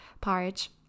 porridge